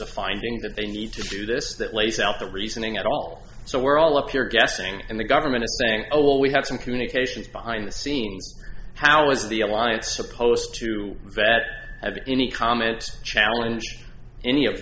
a finding that they need to do this that lays out the reasoning at all so we're all up here guessing and the government is saying oh well we have some communications behind the scenes how is the alliance supposed to that have any comments challenge any of